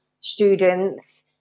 students